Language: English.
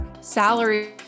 salary